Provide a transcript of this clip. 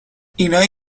اینایی